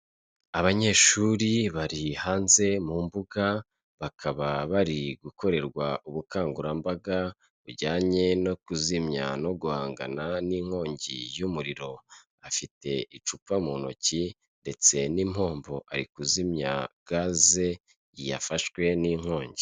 Abanyeshuri bari hanze mu mbuga, bakaba bari gukorerwa ubukangurambaga bujyanye no kuzimya no guhangana n’inkongi y’umuriro. Umwe muri bo afite icupa mu ntoki ndetse n’impombo, ari kuzimya gaze yafashwe n’inkongi.